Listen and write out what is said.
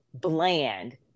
Bland